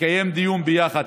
נקיים דיון יחד,